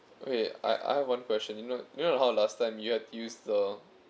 wait I I've one question you know you know how last time you have to use the